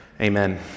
Amen